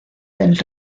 del